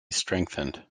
strengthened